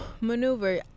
Maneuver